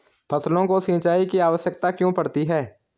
फसलों को सिंचाई की आवश्यकता क्यों पड़ती है?